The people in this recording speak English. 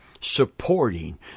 supporting